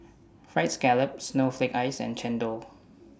Fried Scallop Snowflake Ice and Chendol